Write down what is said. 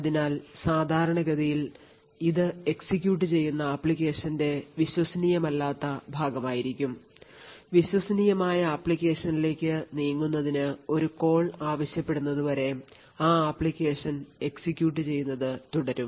അതിനാൽ സാധാരണഗതിയിൽ ഇത് എക്സിക്യൂട്ട് ചെയ്യുന്ന ആപ്ലിക്കേഷന്റെ വിശ്വസനീയമല്ലാത്ത ഭാഗമായിരിക്കും വിശ്വസനീയമായ അപ്ലിക്കേഷനിലേക്ക് നീങ്ങുന്നതിന് ഒരു കോൾ ആവശ്യപ്പെടുന്നതുവരെ ആ അപ്ലിക്കേഷൻ എക്സിക്യൂട്ട് ചെയ്യുന്നത് തുടരും